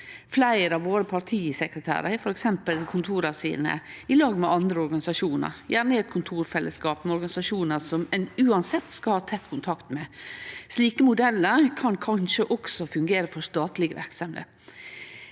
Fleire av partisekretærane våre har f.eks. kontora sine i lag med andre organisasjonar, gjerne i eit kontorfellesskap med organisasjonar som ein uansett skal ha tett kontakt med. Slike modellar kan kanskje også fungere for statlege verksemder.